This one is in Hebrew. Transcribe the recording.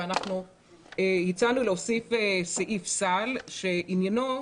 ואנחנו הצענו להוסיף סעיף סל שעניינו,